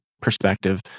perspective